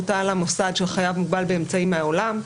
בוטל המוסד של חייב מוגבל באמצעים מהעולם,